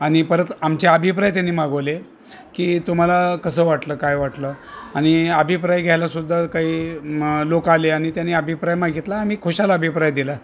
आणि परत आमचे अभिप्राय त्याने मागवले की तुम्हाला कसं वाटलं काय वाटलं आणि अभिप्राय घ्यायला सुद्धा काही लोक आले आणि त्यांनी अभिप्राय मागितला आम्ही खुशाल अभिप्राय दिला